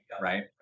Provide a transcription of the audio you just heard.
right